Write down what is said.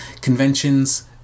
conventions